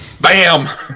Bam